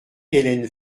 hélène